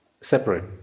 Separate